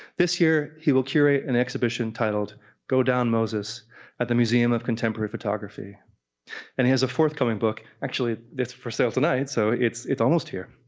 this year he will curate an exhibition titled go down moses at the museum of contemporary photography and he has a fourth coming book, actually it's for sale tonight so it's it's almost here,